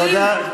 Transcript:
תודה,